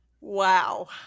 wow